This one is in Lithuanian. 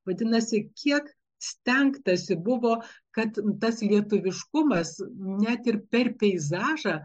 vadinasi kiek stengtasi buvo kad tas lietuviškumas net ir per peizažą